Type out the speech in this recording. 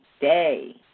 day